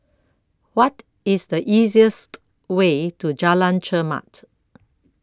What IS The easiest Way to Jalan Chermat